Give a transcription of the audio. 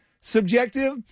subjective